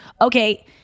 Okay